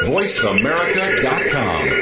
VoiceAmerica.com